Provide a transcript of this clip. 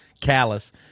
callous